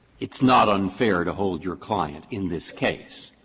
it's not unfair to hold your client in this case,